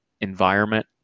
environment